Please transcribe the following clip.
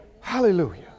Hallelujah